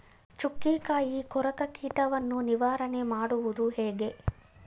ಚುಕ್ಕಿಕಾಯಿ ಕೊರಕ ಕೀಟವನ್ನು ನಿವಾರಣೆ ಮಾಡುವುದು ಹೇಗೆ?